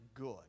good